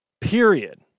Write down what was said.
period